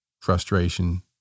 frustration